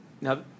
Now